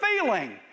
feeling